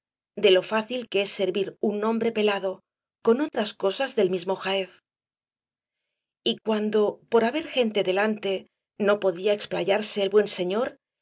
de lo fácil que es servir un nombre pelado con otras cosas del mismo jaez y cuando por haber gente delante no podía explayarse el buen señor